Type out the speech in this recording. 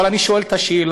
אבל אני שואל את השאלה,